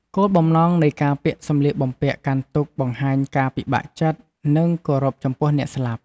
គោលបំណងនៃការពាក់សម្លៀកបំពាក់កាន់ទុក្ខបង្ហាញការពិបាកចិត្ត និងគោរពចំពោះអ្នកស្លាប់។